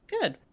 Good